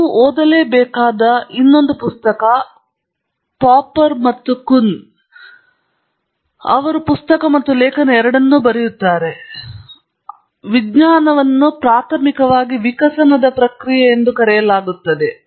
ನೀವು ಓದಲೇಬೇಕಾದ ಇನ್ನೊಂದು ಪುಸ್ತಕ ಪಾಪ್ಪರ್ ಮತ್ತು ಕುಹ್ನ್ ಅವರು ಪುಸ್ತಕ ಮತ್ತು ಲೇಖನ ಎರಡೂ ಬರೆಯುತ್ತಾರೆ ಅವರು ಪುಸ್ತಕಗಳನ್ನು ಕೂಡಾ ಬರೆದಿದ್ದಾರೆ ಆದರೆ ವಿಜ್ಞಾನವನ್ನು ಪ್ರಾಥಮಿಕವಾಗಿ ವಿಕಸನದ ಪ್ರಕ್ರಿಯೆಯೆಂದು ಕರೆಯಲಾಗುತ್ತದೆ